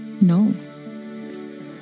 No